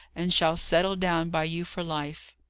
and shall settle down by you for life.